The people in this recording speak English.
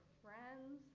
friends